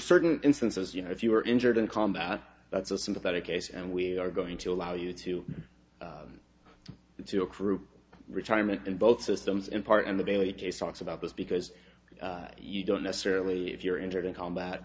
certain instances you know if you were injured in combat that's a sympathetic case and we are going to allow you to see your croup retirement in both systems in part and the daily case talks about this because you don't necessarily if you're injured in combat